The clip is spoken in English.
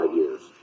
years